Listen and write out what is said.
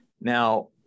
Now